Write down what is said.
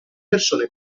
persone